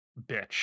bitch